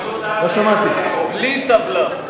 בלי טבלה.